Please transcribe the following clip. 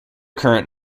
current